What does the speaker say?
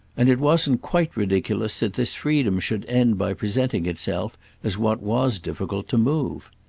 and it wasn't quite ridiculous that this freedom should end by presenting itself as what was difficult to move.